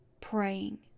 praying